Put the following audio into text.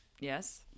Yes